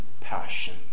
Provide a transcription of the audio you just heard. passion